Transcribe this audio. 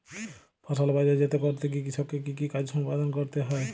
ফসল বাজারজাত করতে গিয়ে কৃষককে কি কি কাজ সম্পাদন করতে হয়?